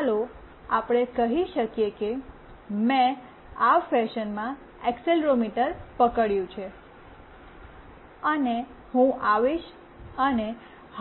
ચાલો આપણે કહી શકીએ કે મેં આ ફેશનમાં એક્સેલરોમીટર પકડયુ છે અને હું આવીશ અને